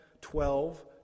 twelve